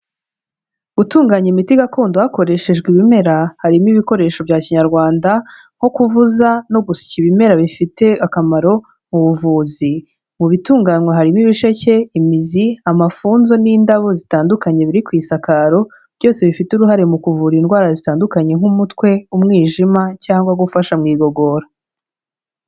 Gutunganya imiti gakondo hakoreshejwe ibimera, harimo ibikoresho bya kinyarwanda nko kuvuza no gusya ibimera bifite akamaro mu buvuzi mu bitunganywa, harimo ibisheke, imizi, amafunzo n'indabo zitandukanye biri ku isakaro byose bifite uruhare mu kuvura indwara zitandukanye nk'umutwe, umwijima cyangwa gufasha mu igogora.